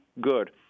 good